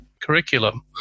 curriculum